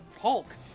Hulk